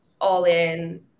all-in